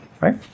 right